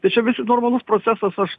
tai čia visi normalus procesas aš